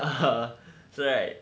so right